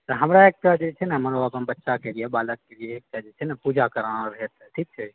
तऽ हमरा एकटा जे छै ने हमर ओ अपन बच्चाके लिए बालकके लिए एकटा जे छै ने पूजा कराना रहए एतए ठीक छै